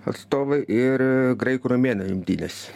atstovai ir graikų romėnų imtynės